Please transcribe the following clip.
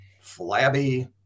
flabby